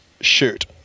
Shoot